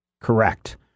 correct